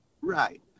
Right